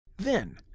then,